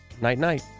Night-night